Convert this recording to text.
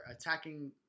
attacking